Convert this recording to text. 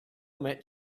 met